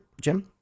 Jim